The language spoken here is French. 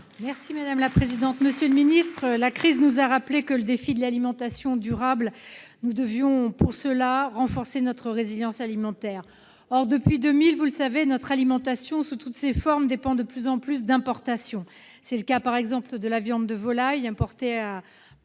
Madame la présidente, monsieur le ministre, mes chers collègues, la crise nous a rappelé que, pour relever le défi de l'alimentation durable, nous devions renforcer notre résilience alimentaire. Or, depuis 2000, vous le savez, notre alimentation sous toutes ses formes dépend de plus en plus d'importations. C'est le cas par exemple de la viande de volaille, importée pour